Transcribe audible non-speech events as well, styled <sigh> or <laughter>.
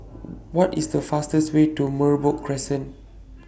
<noise> What IS The fastest Way to Merbok Crescent